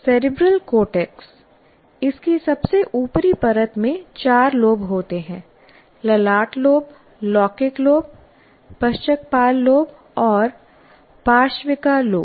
cerebral cortex इसकी सबसे ऊपरी परत में चार लोब होते हैं ललाट लोब लौकिक लोब पश्चकपाल लोब और पार्श्विका लोब